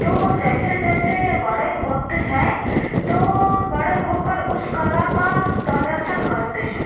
तो जैसे जैसे बड़े होते हैं तो बड़े होकर उस कला का प्रदर्शन करते हैं